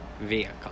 vehicle